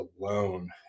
alone